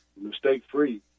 mistake-free